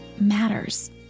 matters